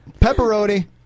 Pepperoni